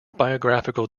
biographical